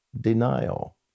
denial